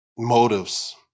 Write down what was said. motives